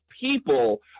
people